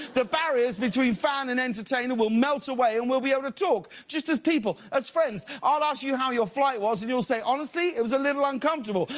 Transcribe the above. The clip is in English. the barriers between fan and entertainer will melt away and we'll be able to talk just as people, as friends. i'll ask you how your flight was and you'll say honestly? it was a little uncomfortable.